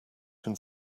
can